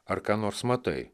ar ką nors matai